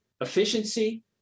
efficiency